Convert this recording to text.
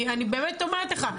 אני באמת אומרת לך,